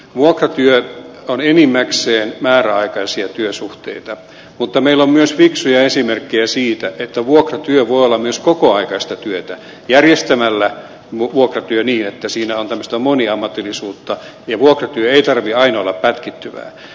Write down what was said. vuokratyö on enimmäkseen määräaikaisia työsuhteita mutta meillä on myös fiksuja esimerkkejä siitä että vuokratyö voi olla myös kokoaikaista työtä järjestämällä vuokratyö niin että siinä on tämmöistä moniammatillisuutta ja vuokratyön ei tarvitse aina olla pätkittyvää